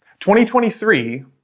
2023